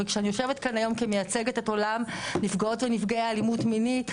וכשאני יושבת כאן היום כמייצגת את עולם נפגעות ונפגעי האלימות המינית,